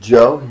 Joe